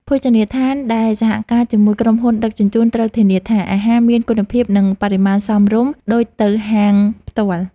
ភោជនីយដ្ឋានដែលសហការជាមួយក្រុមហ៊ុនដឹកជញ្ជូនត្រូវធានាថា អាហារមានគុណភាព និងបរិមាណសមរម្យដូចទៅហាងផ្ទាល់។